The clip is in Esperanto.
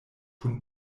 kun